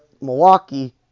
Milwaukee